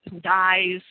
dies